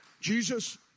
Jesus